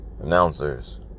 announcers